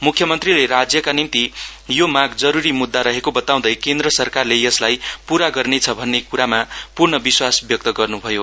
मुख्यमन्त्रीले राज्यका निम्ति यो माग जरुरी मुद्दा रहेको बताउँदै केन्द्र सरकारले यसलाई पूरा गर्नेछ भन्ने कुरामा पूर्ण विश्वास व्यक्त गर्नु भयो